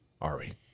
Ari